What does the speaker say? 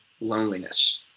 loneliness